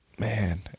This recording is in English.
Man